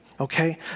okay